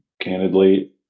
candidly